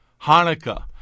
Hanukkah